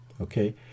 Okay